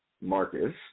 Marcus